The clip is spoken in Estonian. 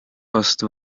vastu